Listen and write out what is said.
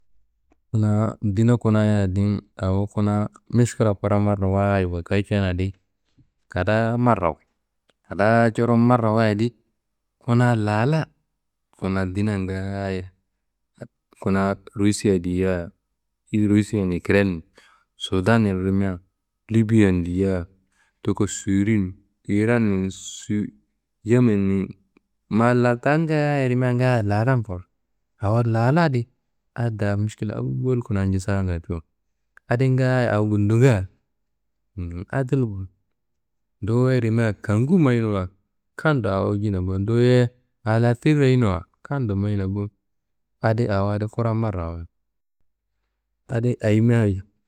Kuna dina kunayan din awo kuna mišikila kura marrawayi wakayi tenadi kadaa marrawa. Kadaa coron marrawayidi, kuna lala kuna dina ngaaye. Kuna Rusia diyia Rusia n Ikren nin, Sudan nin rimia Libiya n diyia toko Siyiri n Iran nin Yemen nin. Ma lartaá ngaaye rimia ngaaye lalan korowo. Awo laladi adi da mišikila awol kuna njisanga tiwo. Adi ngaaye awo gundonga nduwuye rimia kangu mayinuwa kando awo jina bo. Nduwuye a la ti royinuwa kando mayina bo. Adi awo adi kura marrawayit. Adi ayimia.